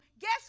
guess